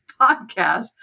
podcast